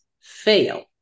fail